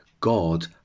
God